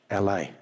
LA